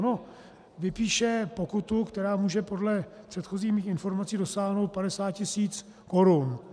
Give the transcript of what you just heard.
No, vypíše pokutu, která může podle předchozích mých informací dosáhnout 50 tisíc korun.